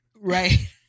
Right